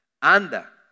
Anda